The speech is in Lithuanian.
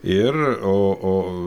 ir o o